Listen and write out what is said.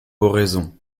oraison